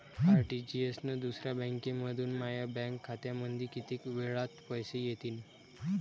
RTGS न दुसऱ्या बँकेमंधून माया बँक खात्यामंधी कितीक वेळातं पैसे येतीनं?